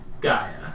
Gaia